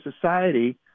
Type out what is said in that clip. society